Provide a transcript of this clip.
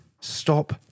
Stop